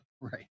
right